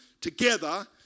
together